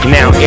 Now